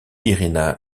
irina